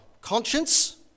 conscience